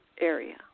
area